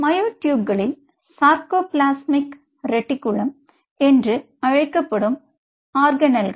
மயோட்யூப்களில் sarcoplasmic reticulum என்று அழைக்கப்படும் organelle